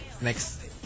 next